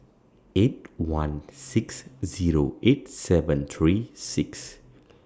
eight one six Zero eight seven three six